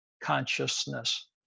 consciousness